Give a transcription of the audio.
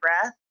breath